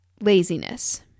laziness